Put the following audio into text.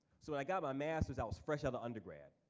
so i got my master's, i was fresh-out of undergrad.